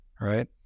right